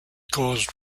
caused